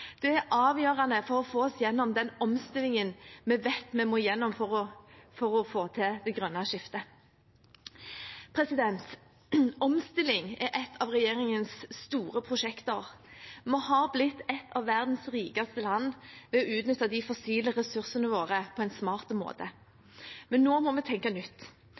Det er avgjørende for å få oss igjennom den omstillingen vi vet vi må igjennom for å få til det grønne skiftet. Omstilling er et av regjeringens store prosjekter. Vi har blitt et av verdens rikeste land ved å utnytte de fossile ressursene våre på en smart måte, men nå må vi tenke nytt.